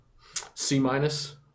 C-minus